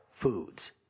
foods